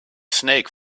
snake